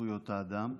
זכויות האדם?